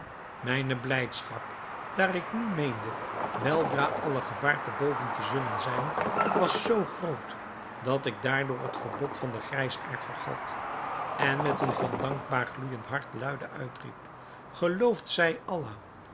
mijne blijdschap daar ik nu meende weldra alle gevaar te boven te zullen zijn was zoo groot dat ik daardoor het verbod van den grijsaard vergat en met een van dankbaarheid gloeijend hart luide uitriep geloofd zij allah